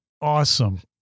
awesome